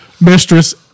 mistress